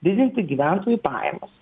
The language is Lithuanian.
didinti gyventojų pajamas